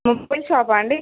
mobile షాపా అండి